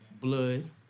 Blood